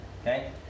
Okay